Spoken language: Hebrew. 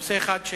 נושא אחד,